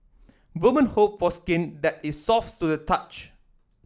woman hope for skin that is soft to the touch